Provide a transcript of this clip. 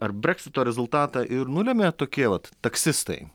ar breksito rezultatą ir nulėmė tokie vat taksistai